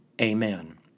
amen